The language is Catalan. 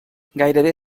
gairebé